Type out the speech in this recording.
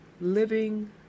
Living